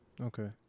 Okay